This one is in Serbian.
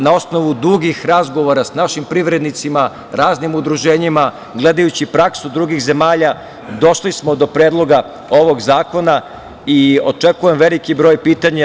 Na osnovu dugih razgovora sa našim privrednicima, raznim udruženjima, gledajući praksu drugih zemalja došli smo do predloga ovog zakona i očekujem veliki broj pitanja.